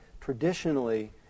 traditionally